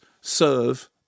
serve